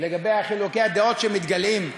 לגבי חילוקי הדעות שמתגלעים,